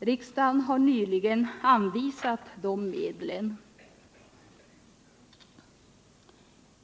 Riksdagen har nyligen anvisat dessa medel.